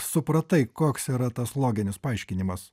supratai koks yra tas loginis paaiškinimas